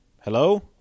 Hello